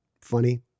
funny